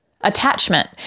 attachment